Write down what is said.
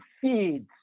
feeds